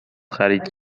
خرید